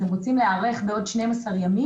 אתם רוצים להיערך בעוד 12 ימים?